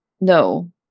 No